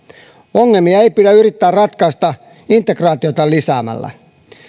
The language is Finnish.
ongelmia ei pidä yrittää ratkaista integraatiota lisäämällä